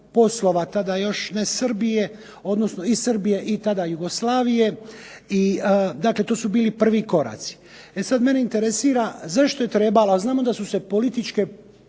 poslova tada još ne Srbije, odnosno i Srbije i tada Jugoslavije, dakle to su bili prvi koraci. Sada mene interesira zašto je trebalo, znamo da su se političke